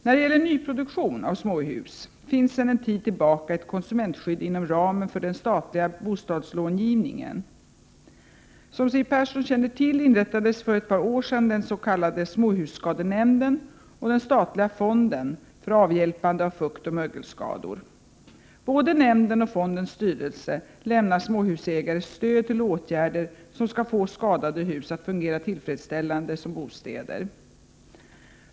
När det gäller nyproduktion av småhus finns sedan en tid tillbaka ett konsumentskydd inom ramen för den statliga bostadslångivningen. Som Siw Persson känner till inrättades för ett par år sedan den s.k. småhusskadenämnden och den statliga fonden för avhjälpande av fuktoch mögelskador. Både nämnden och fondens styrelse lämnar småhusägare stöd till åtgärder som skall få skadade hus att fungera tillfredsställande som bostäder.